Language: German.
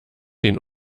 ihn